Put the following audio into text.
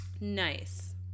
Nice